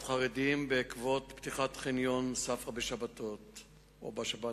חרדים בעקבות פתיחת חניון ספרא בשבת האחרונה.